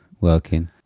working